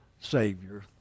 savior